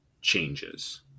changes